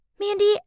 Mandy